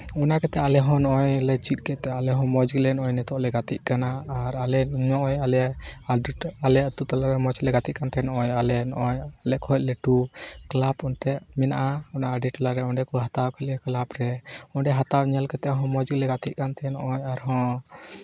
ᱚᱱᱟ ᱠᱟᱛᱮᱜ ᱟᱞᱮ ᱦᱚᱸ ᱱᱚᱜᱼᱚᱭ ᱞᱮ ᱪᱮᱫ ᱠᱮᱜ ᱛᱮ ᱟᱞᱮ ᱦᱚᱸ ᱢᱚᱡᱽ ᱜᱮᱞᱮ ᱱᱤᱛᱚᱜ ᱜᱮᱞᱮ ᱜᱟᱛᱮᱜ ᱠᱟᱱᱟ ᱟᱨ ᱟᱞᱮ ᱱᱚᱜᱼᱚᱭ ᱟᱞᱮ ᱟᱞᱮ ᱛᱟᱞᱟᱨᱮ ᱢᱚᱡᱽ ᱜᱮᱞᱮ ᱜᱟᱛᱮᱜ ᱠᱟᱱ ᱛᱟᱦᱮᱱᱚᱜᱼᱟ ᱟᱞᱮ ᱱᱚᱜᱼᱚᱭ ᱟᱞᱮ ᱠᱷᱚᱡ ᱞᱟᱹᱴᱩ ᱠᱞᱟᱵᱽ ᱮᱱᱛᱮᱜ ᱢᱮᱱᱟᱜᱼᱟ ᱟᱞᱮ ᱴᱚᱞᱟᱨᱮ ᱚᱸᱰᱮ ᱠᱚ ᱦᱟᱛᱟᱣ ᱠᱮᱞᱮᱭᱟ ᱠᱞᱟᱵᱽ ᱨᱮ ᱚᱸᱰᱮ ᱦᱟᱛᱟᱣ ᱠᱟᱛᱮᱜ ᱦᱚᱸ ᱢᱚᱡᱽ ᱜᱮᱞᱮ ᱜᱟᱛᱮᱜ ᱠᱟᱱ ᱛᱟᱦᱮᱸᱜ ᱱᱚᱜᱼᱚᱭ ᱟᱨᱦᱚᱸ